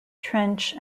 trench